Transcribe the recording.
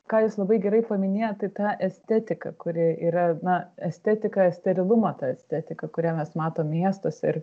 ką jūs labai gerai paminėjot tai ta estetika kuri yra na estetika sterilumo ta estetika kurią mes matom miestuose ir